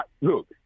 Look